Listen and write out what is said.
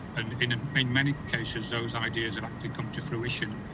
and in in many cases those ideas and actually come to fruition,